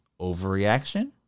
Overreaction